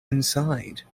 inside